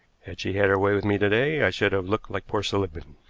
had she had her way with me to-day, i should have looked like poor seligmann.